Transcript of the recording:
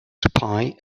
supply